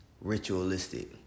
ritualistic